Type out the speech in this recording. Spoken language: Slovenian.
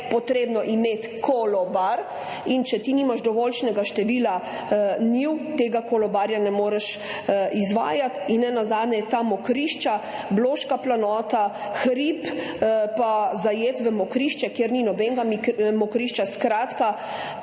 subvencijo kolobar in če ti nimaš dovoljšnega števila njiv, tega kolobarja ne moreš izvajati. In nenazadnje, ta mokrišča, Bloška planota, hrib pa je zajet v mokrišče, kjer ni nobenega mokrišča. Skratka,